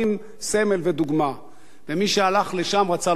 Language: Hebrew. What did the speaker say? מי שהלך לשם רצה לומר: לא נחיה פה ביחד,